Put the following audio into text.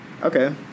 Okay